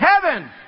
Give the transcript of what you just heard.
heaven